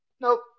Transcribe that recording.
nope